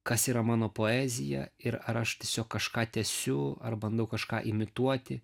kas yra mano poezija ir ar aš tiesiog kažką tęsiu ar bandau kažką imituoti